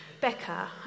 Becca